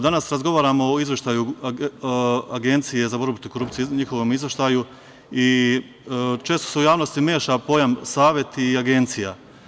Danas razgovaramo o izveštaju Agencije za borbu protiv korupcije, njihovom izveštaju i često se u javnosti meša pojam „savet“ i „agencija“